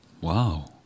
Wow